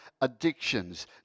addictions